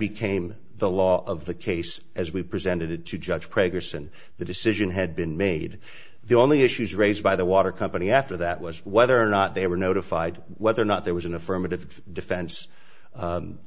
became the law of the case as we presented it to judge preggers and the decision had been made the only issues raised by the water company after that was whether or not they were notified whether or not there was an affirmative defense